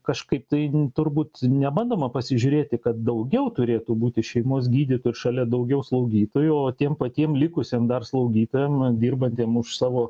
kažkaip tai turbūt nebandoma pasižiūrėti kad daugiau turėtų būti šeimos gydytojų šalia daugiau slaugytojų o tiem patiem likusiem dar slaugytojam dirbantiem už savo